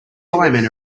firemen